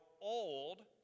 old